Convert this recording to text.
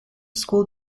school